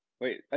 Wait